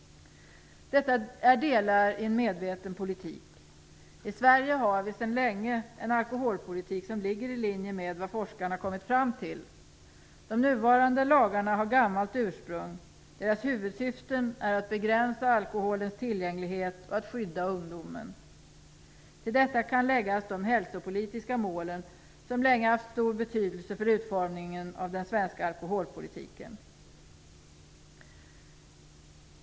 Detta är delar i en medveten politik. I Sverige har vi sedan länge en alkoholpolitik som ligger i linje med vad forskarna kommit fram till. De nuvarande lagarna har gammalt ursprung. Deras huvudsyften är att begränsa alkoholens tillgänglighet och att skydda ungdomen. Till detta kan läggas de hälsopolitiska målen, som länge haft stor betydelse för utformningen av den svenska alkoholpolitiken.